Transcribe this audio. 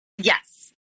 Yes